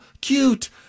cute